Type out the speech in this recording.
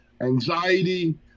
anxiety